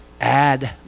Add